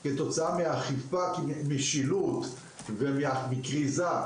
אך ורק כתוצאה מאכיפה, משילוט ומכריזה.